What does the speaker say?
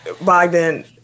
Bogdan